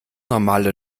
normale